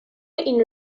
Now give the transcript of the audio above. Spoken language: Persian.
این